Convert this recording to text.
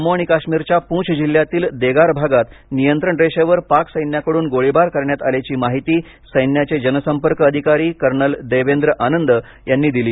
जम्मू आणि काश्मीरच्या पुंछ जिल्ह्यातील देगार भागात नियंत्रण रेषेवर पाक सैन्याकडून गोळीबार करण्यात आल्याची माहिती सैन्याचे जनसंपर्क अधिकारी कर्नल देवेंद्र आनंद यांनी दिली